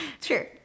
Sure